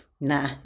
Nah